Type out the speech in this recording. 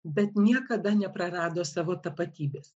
bet niekada neprarado savo tapatybės